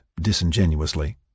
disingenuously